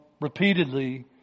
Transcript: Repeatedly